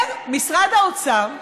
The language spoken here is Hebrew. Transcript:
אומר משרד האוצר,